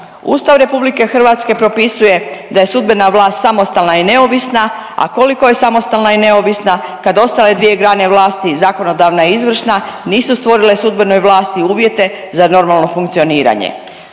Ustav RH propisuje da je sudbena vlast samostalna i neovisna, a koliko je samostalna i neovisna kad ostale dvije grane vlasti, zakonodavna i izvršna, nisu stvorile sudbenoj vlasti uvjete za normalno funkcioniranje.